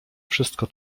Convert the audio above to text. wszystko